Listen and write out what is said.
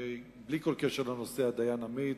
בלי כל קשר לנושא דיין עמית,